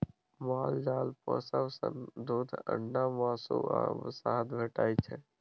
माल जाल पोसब सँ दुध, अंडा, मासु आ शहद भेटै छै